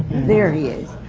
there he is.